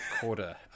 quarter